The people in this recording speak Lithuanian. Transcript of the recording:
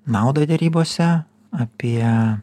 naudą derybose apie